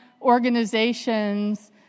organizations